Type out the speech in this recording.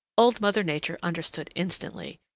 old mother nature understood instantly.